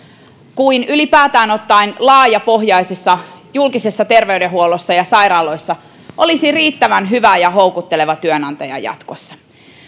kuin ylipäätään ottaen laajapohjaisessa julkisessa terveydenhuollossa ja sairaaloissa olisi riittävän hyvä ja houkutteleva työnantaja jatkossa